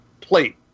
plate